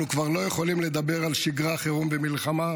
אנחנו כבר לא יכולים לדבר על שגרה, חירום ומלחמה,